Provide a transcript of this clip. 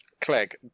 Clegg